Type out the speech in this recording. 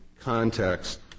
context